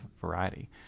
variety